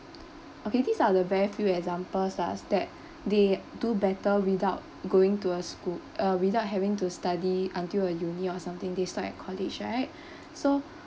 okay these are the very few examples lah that they do better without going to a school uh without having to study until a Uni or something they stop at college right so